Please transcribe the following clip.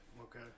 Okay